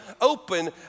open